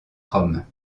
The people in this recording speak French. rome